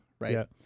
Right